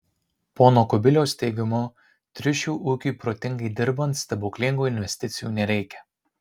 pono kubiliaus teigimu triušių ūkiui protingai dirbant stebuklingų investicijų nereikia